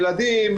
ילדים,